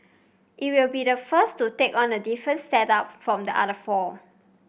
it will be the first to take on a different setup from the other four